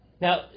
Now